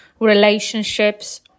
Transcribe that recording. relationships